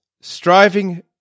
striving